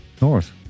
north